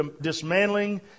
dismantling